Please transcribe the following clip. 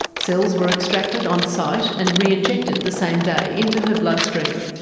cells were extracted on site, and re-injected the same day into her bloodstream.